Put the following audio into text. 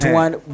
one